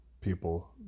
people